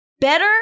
better